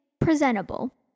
presentable